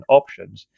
options